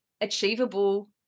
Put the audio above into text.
achievable